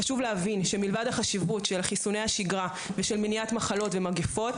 חשוב להבין שמלבד חשיבות חיסוני השגרה ושל מניעת מחלות ומגיפות